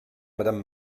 madame